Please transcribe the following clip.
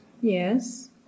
Yes